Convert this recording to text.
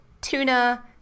tuna